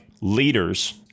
leaders